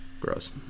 gross